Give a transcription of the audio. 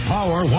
Power